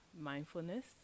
mindfulness